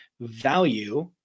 Value